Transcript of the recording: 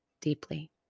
deeply